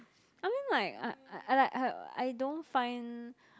I mean like I I I like I I don't find